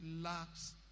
lacks